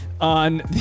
on